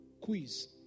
Quiz